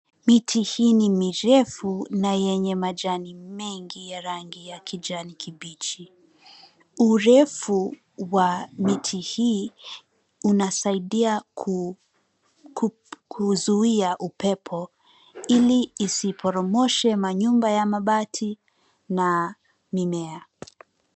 Miti hii ni mirefu na yeanye majani mengi ya rangi ya kijani kibichi. Urefu wa miti hii unasaidia kuzuhia upepo ili isiporomoshe nyumba ya mabati na mimea.